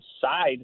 side